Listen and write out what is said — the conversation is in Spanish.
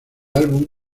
álbum